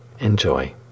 Enjoy